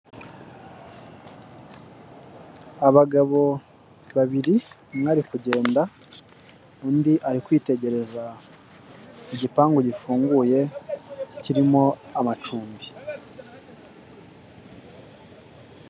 Abagabo babiri umwe ari kugenda, undi ari kwitegereza igipangu gifunguye kirimo amacumbi.